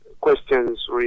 questions